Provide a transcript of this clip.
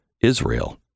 Israel